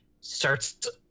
starts